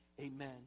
amen